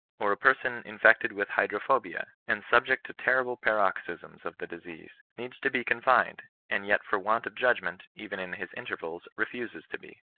or a person infected with hydrophobia, and subject to terrible paroxysms of the disease, needs to be confined and yet for want of judgment, even in his intervals, refuses to be.